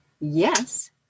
yes